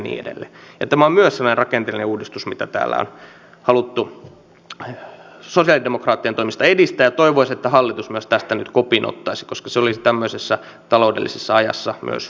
tämä on myös sellainen rakenteellinen uudistus mitä täällä on haluttu sosialidemokraattien toimesta edistää ja toivoisin että hallitus myös tästä nyt kopin ottaisi koska se olisi tämmöisessä taloudellisessa ajassa myös hyvin järkevää